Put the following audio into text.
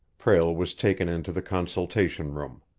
prale was taken into the consultation room.